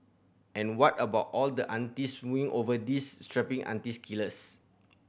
and what about all the aunties swooning over these strapping auntie killers